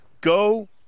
go